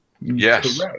Yes